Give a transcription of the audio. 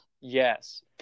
Yes